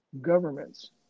governments